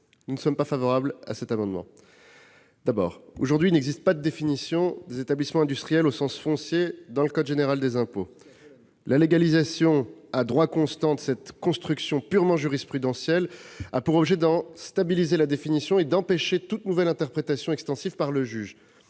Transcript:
Nous ne sommes pas favorables à cet amendement. Il n'existe pas aujourd'hui de définition des établissements industriels au sens foncier dans le code général des impôts. La légalisation à droit constant de cette construction purement jurisprudentielle a pour objet d'en stabiliser la définition et d'empêcher toute nouvelle interprétation extensive par le juge.